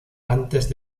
antes